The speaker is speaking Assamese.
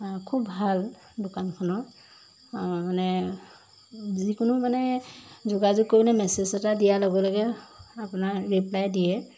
খুব ভাল দোকানখনৰ মানে যিকোনো মানে যোগাযোগ কৰি মানে মেছেজ এটা দিয়াৰ লগে লগে আপোনাৰ ৰিপ্লাই দিয়ে